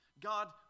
God